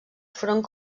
front